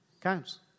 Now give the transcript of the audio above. counts